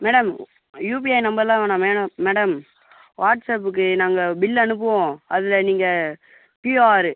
madam UPI number எல்லாம் வேணாம் madam வாட்ஸ்அப்புக்கு நாங்கள் பில் அனுப்புவோம் அதில் நீங்கள் கியூஆர்